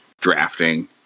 drafting